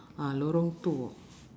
ah lorong two